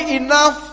enough